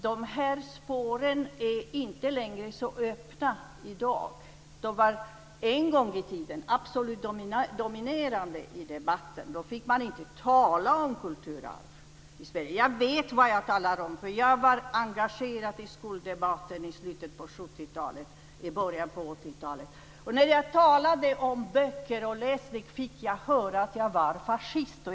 De här spåren är inte längre så öppna i dag. Det var en gång i tiden absolut dominerande i debatten. Då fick man inte tala om kulturarv i Sverige. Jag vet vad jag talar om, för jag var engagerad i skoldebatten i slutet på 70-talet och i början på 80 talet. När jag talade om böcker och läsning fick jag höra att jag var fascist.